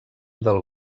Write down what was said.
del